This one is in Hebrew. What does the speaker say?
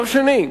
דבר שני,